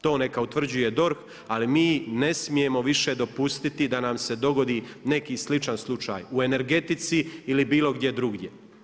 To neka utvrđuje DORH, ali mi ne smijemo više dopustiti, da nam se dogodi neki sličan slučaj u energetici ili bilo gdje drugdje.